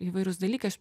įvairūs dalykai aš